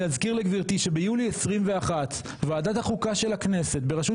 אני אזכיר לגברתי שביולי 2021 ועדת החוקה של הכנסת בראשות